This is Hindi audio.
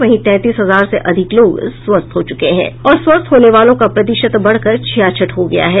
वहीं तैंतीस हजार से अधिक लोग स्वस्थ हो चुके हैं और स्वस्थ होने वालों का प्रतिशत बढ़कर छियासठ हो गया है